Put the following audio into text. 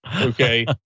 Okay